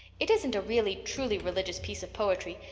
it isn't a really truly religious piece of poetry,